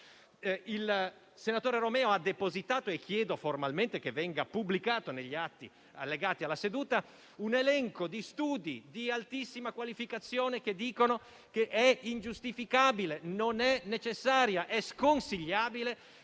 Il senatore Romeo ha depositato - e chiedo formalmente che venga pubblicato negli atti allegati alla seduta - un elenco di studi di altissima qualificazione che dicono che è ingiustificabile, non è necessaria ed è sconsigliabile